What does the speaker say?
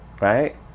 right